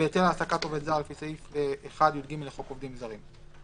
ובהיתר להעסקת עובד זר לפי סעיף 1יג לחוק עובדים זרים.